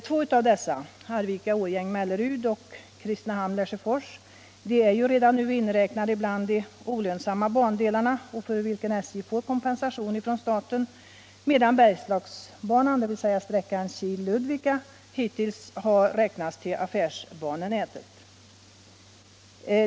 Två av dessa - Arvika-Årjäng-Mellerud och Kristinehamn-Lesjöfors — är redan nu inräknade bland de olönsamma bandelarna, för vilka SJ får kompensation från staten, medan Bergslagsbanan, dvs. sträckan Kil-Ludvika, hittills har räknats till affärsbanenätet.